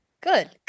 good